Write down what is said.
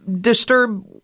disturb